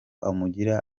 amugira